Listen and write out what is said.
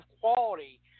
quality